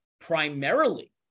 primarily